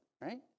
right